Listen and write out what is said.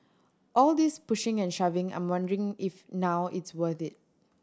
all this pushing and shoving I'm wondering if now it's worth it